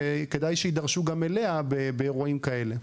כדאי שידרשו גם אליה באירועים כאלה.